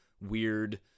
weird